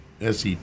SET